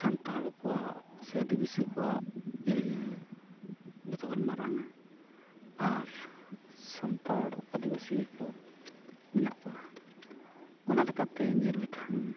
ᱥᱟᱱᱛᱟᱲ ᱠᱚᱣᱟᱜ ᱥᱮ ᱟᱫᱤᱵᱟᱥᱤ ᱠᱚᱣᱟᱜ ᱡᱚᱛᱚ ᱠᱷᱚᱱ ᱢᱟᱨᱟᱝᱟ ᱟᱨ ᱥᱟᱱᱛᱟᱲ ᱟᱫᱤᱵᱟᱥᱤ ᱠᱚ ᱢᱮᱱᱟᱜ ᱠᱚᱣᱟ ᱚᱱᱟ ᱞᱮᱠᱟᱛᱮ ᱧᱮᱞ ᱞᱮᱠᱷᱟᱱ